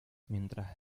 mientras